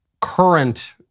current